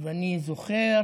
ואני זוכר